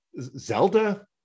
Zelda